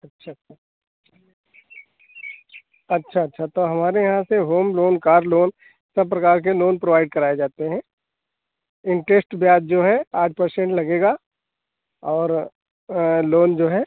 अच्छा हाँ अच्छा अच्छा तो हमारे यहाँ से होम लोन कार लोन सब प्रकार के लोन प्रोवाइड कराए जाते हैं इन्ट्रेस्ट ब्याज जो है आठ पर्सेन्ट लगेगा और लोन जो है